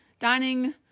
dining